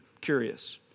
curious